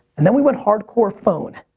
and then we went hardcore phone,